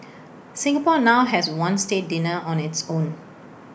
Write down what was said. Singapore now has one state dinner on its own